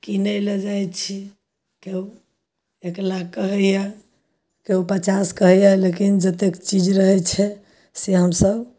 किनै लै जाइत छी तब अकेला कहैए केओ पचास कहैए लेकिन जतेक चीज रहैत छै से हमसब